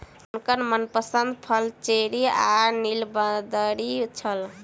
हुनकर मनपसंद फल चेरी आ नीलबदरी छल